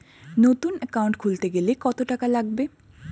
নতুন একাউন্ট খুলতে গেলে কত টাকা লাগবে?